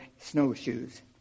snowshoes